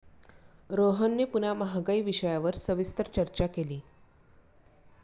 रोहनने पुन्हा महागाई विषयावर सविस्तर चर्चा केली